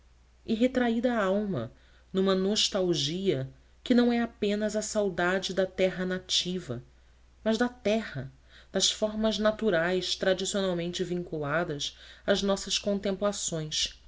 e retraída a alma numa nostalgia que não é apenas a saudade da terra nativa mas da terra das formas naturais tradicionalmente vinculadas às nossas contemplações